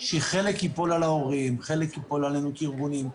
כך שחלק ייפול על הורים, חלק ייפול על הארגונים.